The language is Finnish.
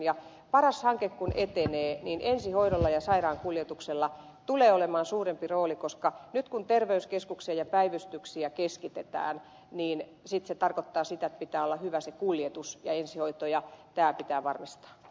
kun paras hanke etenee niin ensihoidolla ja sairaankuljetuksella tulee olemaan suurempi rooli koska nyt kun terveyskeskuksia ja päivystyksiä keskitetään se tarkoittaa sitä että pitää olla hyvä kuljetus ja ensihoito pitää varmistaa